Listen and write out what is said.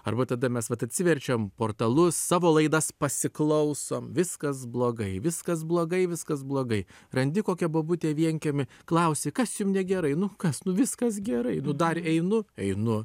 arba tada mes vat atsiverčiam portalus savo laidas pasiklausom viskas blogai viskas blogai viskas blogai randi kokią bobutę vienkiemy klausi kas jums negerai nu kas nu viskas gerai nu dar einu einu